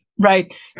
Right